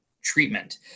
treatment